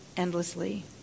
endlessly